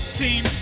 team